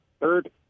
third